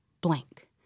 blank